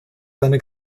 seine